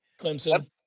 Clemson